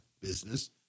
business